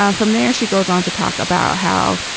um from there she goes on to talk about how